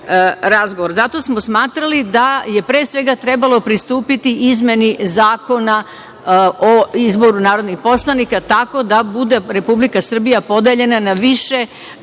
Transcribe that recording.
smo smatrali da je, pre svega, trebalo pristupiti izmeni Zakona o izboru narodnih poslanika, tako da bude Republika Srbija podeljena na više